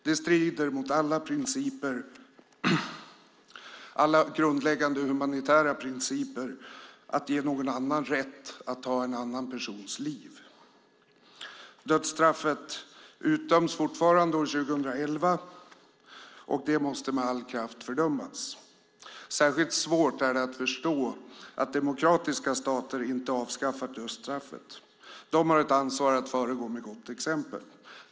Det strider mot alla grundläggande humanitära principer att ge någon rätt att ta en annan persons liv. Dödsstraff utdöms fortfarande år 2011, och det måste med all kraft fördömas. Särskilt svårt är det att förstå att demokratiska stater inte avskaffar dödsstraffet. De har ett ansvar att föregå med gott exempel.